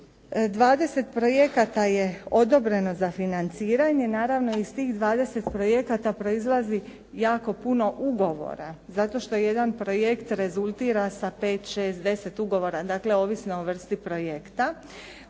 20 projekata je odobreno za financiranje. Naravno iz tih 20 projekata proizlazi jako puno ugovora zato što jedan projekt rezultira sa 5, 6, 10 ugovora dakle ovisno o vrsti projekta.